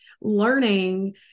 learning